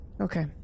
Okay